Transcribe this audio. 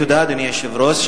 תודה, אדוני היושב-ראש.